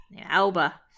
Alba